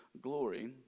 glory